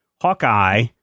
Hawkeye